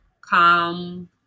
calm